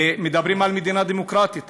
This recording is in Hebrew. ומדברים על מדינה דמוקרטית,